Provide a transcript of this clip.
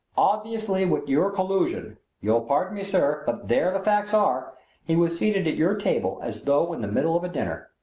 obviously with your collusion you'll pardon me, sir, but there the facts are he was seated at your table as though in the middle of a dinner.